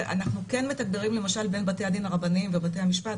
אנחנו כן מתגברים למשל בין בתי הדין הרבניים ובתי המשפט,